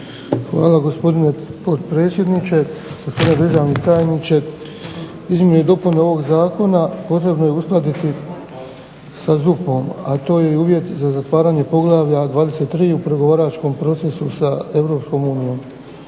Hvala, gospodine potpredsjedniče. Gospodine državni tajniče. Izmjene i dopune ovog zakona potrebno je uskladiti sa ZUP-om, a to je i uvjet za zatvaranje poglavlja 23 u pregovaračkom procesu sa Europskom unijom.